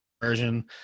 version